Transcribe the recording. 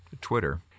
Twitter